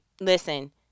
listen